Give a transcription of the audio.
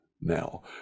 now